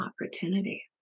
opportunity